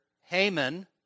Haman